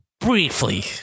briefly